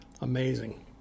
Amazing